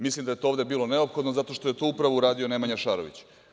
Mislim da je to ovde bilo neophodno zato što je to upravo uradio Nemanja Šarović.